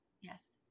yes